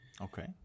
Okay